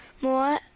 More